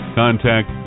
contact